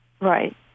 Right